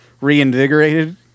Reinvigorated